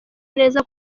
neza